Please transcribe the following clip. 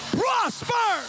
prosper